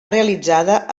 realitzada